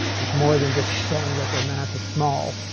it's more than just saying that they're mass is small,